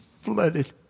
flooded